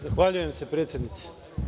Zahvaljujem se predsednice.